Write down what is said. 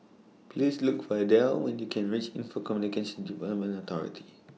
Please Look For Adele when YOU Can REACH Info Communications Development Authority